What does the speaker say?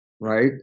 right